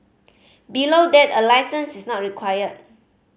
below that a licence is not required